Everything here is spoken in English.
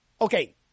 okay